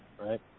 right